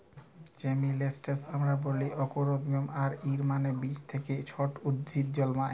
জেমিলেসলকে আমরা ব্যলি অংকুরোদগম আর এর মালে বীজ থ্যাকে ছট উদ্ভিদ জলমাল